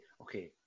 okay